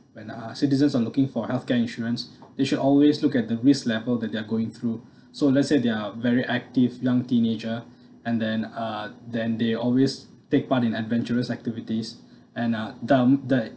when uh citizens are looking for healthcare insurance they should always look at the risk level that they're going through so let's say they're very active young teenager and then uh then they always take part in adventurous activities and uh dumb they